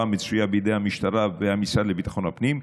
מצויה בידי המשטרה והמשרד לביטחון הפנים,